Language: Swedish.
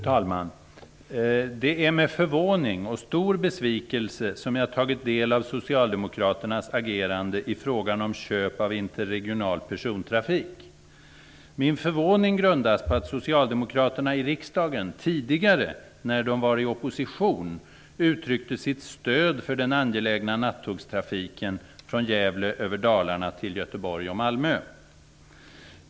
Fru talman! Det är med förvåning och stor besvikelse som jag tagit del av socialdemokraternas agerande i frågan om köp av interregional persontrafik. Min förvåning grundas på att socialdemokraterna i riksdagen tidigare, när de var i opposition, uttryckte sitt stöd för den angelägna nattågstrafiken från Gävle över Dalarna till Göteborg och Malmö.